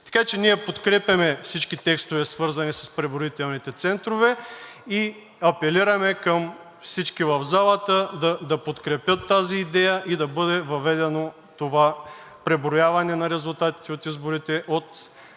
Така че ние подкрепяме всички текстове, свързани с преброителните центрове, и апелираме към всички в залата да подкрепят тази идея и да бъде въведено това преброяване на резултатите от изборите от